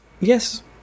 Yes